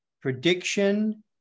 Prediction